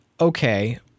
okay